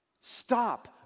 Stop